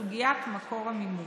בסוגיית מקור המימון.